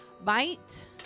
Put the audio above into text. Bite